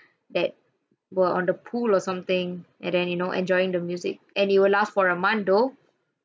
that were on the pool or something and then you know enjoying the music and it will last for a month though